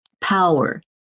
power